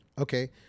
Okay